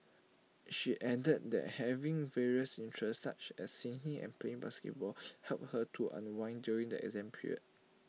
she added that having various interests such as singing and playing basketball helped her to unwind during the exam period